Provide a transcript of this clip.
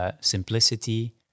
simplicity